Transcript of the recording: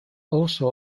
also